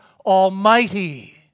Almighty